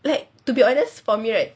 like to be honest for me right